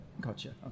Gotcha